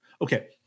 okay